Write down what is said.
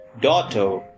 daughter